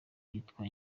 hitwa